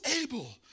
able